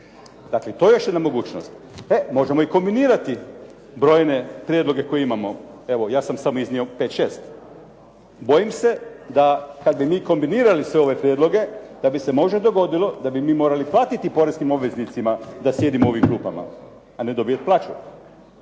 Dakle, to je još jedna mogućnost. Možemo i kombinirati brojne prijedloge koje imamo. Evo, ja sam samo iznio 5, 6. Bojim se da kada bi mi kombinirali sve ove prijedloge da bi se možda dogodilo da bi mi morali platiti poreznim obveznicima da sjedimo u ovim klupama a ne dobijemo plaću.